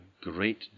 great